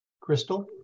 crystal